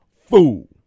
fool